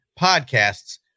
podcasts